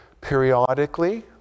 Periodically